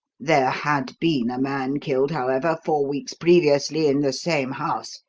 there had been a man killed, however, four weeks previously in the same house,